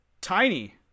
Tiny